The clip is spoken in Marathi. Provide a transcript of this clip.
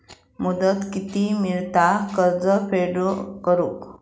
मुदत किती मेळता कर्ज फेड करून?